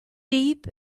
deep